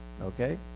Okay